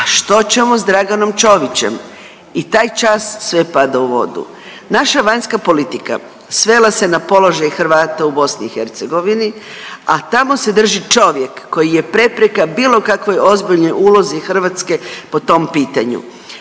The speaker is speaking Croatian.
a što ćemo s Draganom Čovićem i taj čas sve pada u vodu. Naša vanjska politika svela se na položaj Hrvata u BiH, a tamo se drži čovjek koji je prepreka bilo kakvoj ozbiljnoj ulozi Hrvatske po tom pitanju.